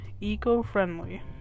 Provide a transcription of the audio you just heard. eco-friendly